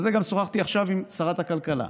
על זה גם שוחחתי עכשיו עם שרת הכלכלה.